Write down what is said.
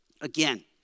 Again